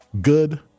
good